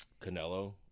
Canelo